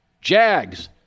Jags